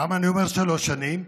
למה אני אומר שלוש שנים?